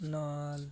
ਨਾਲ